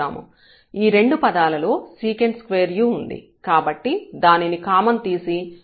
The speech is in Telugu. ఈ రెండు పదాలలో sec2u ఉంది కాబట్టి దానిని కామన్ తీసి కుడి చేతి వైపుకు పంపిస్తాము